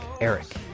Eric